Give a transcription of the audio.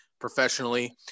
professionally